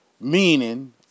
meaning